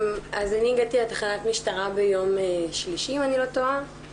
אז אני הגעתי לתחנת משטרה ביום שלישי אם אני לא טועה.